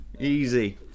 easy